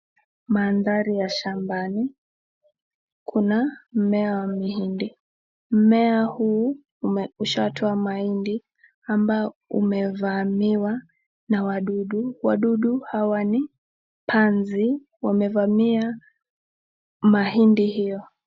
Manthari ya shambani, kuna, mimea wa mahindi, mimea huu ume, usha toa mahindi, ambao umevamiwa na wadudu, wadudu hawa ni, panzi, wamevamia, mahindi hiyo.